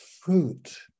fruit